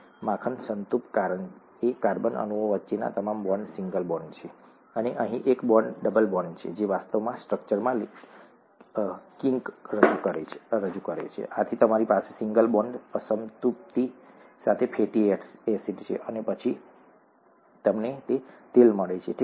માખણ સંતૃપ્ત કારણ કે કાર્બન અણુઓ વચ્ચેના તમામ બોન્ડ સિંગલ બોન્ડ છે અને અહીં એક બોન્ડ ડબલ બોન્ડ છે જે વાસ્તવમાં સ્ટ્રક્ચરમાં કિંક રજૂ કરે છે અને તમારી પાસે સિંગલ બોન્ડ અસંતૃપ્તિ સાથે ફેટી એસિડ છે અને પછી તમને તેલ મળે છે ઠીક છે